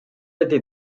été